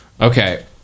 okay